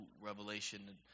revelation